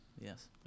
Yes